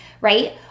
right